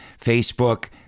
Facebook